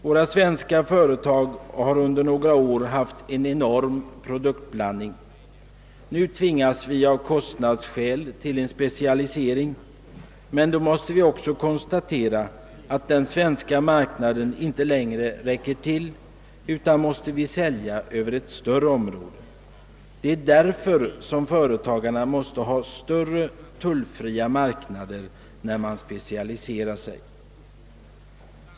Våra svenska företag har under några år haft en enorm produktblandning. Nu tvingas vi av kostnadsskäl till en specialisering, men då måste vi också konstatera att den svenska marknaden inte längre räcker till, utan vi måste sälja över ett större område. Det är därför som företagarna måste ha större tullfria marknader när de specialiserar sig.